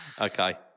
Okay